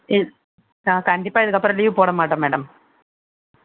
இல் நான் கண்டிப்பாக இதுக்கப்புறம் லீவ் போட மாட்டேன் மேடம்